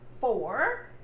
four